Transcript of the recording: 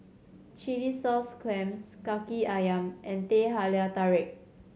chilli sauce clams Kaki Ayam and Teh Halia Tarik